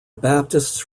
baptists